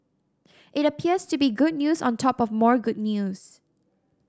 it appears to be good news on top of more good news